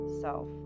self